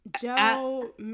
Joe